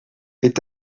est